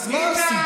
אז מה הסיבה?